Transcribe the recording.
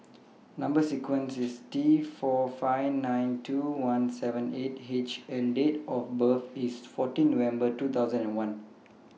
Number sequence IS T four five nine two one seven eight H and Date of birth IS fourteen November two thousand and one